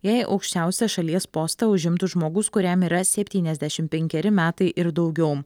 jei aukščiausią šalies postą užimtų žmogus kuriam yra septyniasdešim penkeri metai ir daugiau